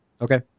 Okay